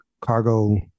cargo